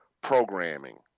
programming